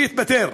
שיתפטר.